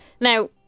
Now